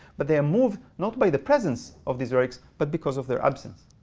but they are moved not by the presence of these relics, but because of their absence.